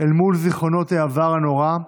אל מול זיכרונות העבר הנורא,